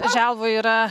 želvoj yra